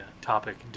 topic